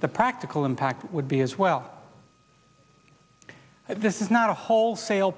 the practical impact would be as well this is not a wholesale